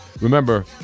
Remember